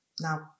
now